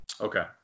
Okay